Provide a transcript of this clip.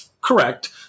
Correct